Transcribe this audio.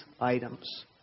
items